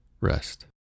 Rest